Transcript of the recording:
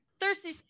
thirsty